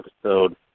episode